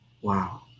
Wow